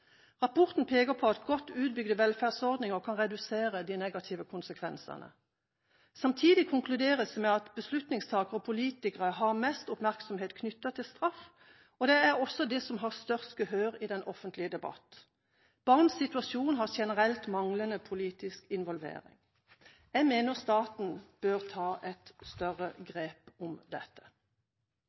Rapporten peker på at godt utbygde velferdsordninger kan redusere de negative konsekvensene. Samtidig konkluderes det med at beslutningstakere og politikere har mest oppmerksomhet knyttet til straff, og det er også det som har størst gehør i den offentlige debatt. Barns situasjon har generelt manglende politisk involvering. Jeg mener staten bør ta et større grep om dette.